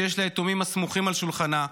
שיש לה יתומים הסמוכים על שולחנה,